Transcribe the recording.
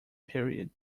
period